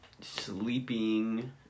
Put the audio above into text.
sleeping